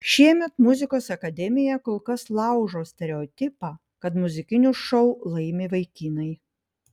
šiemet muzikos akademija kol kas laužo stereotipą kad muzikinius šou laimi vaikinai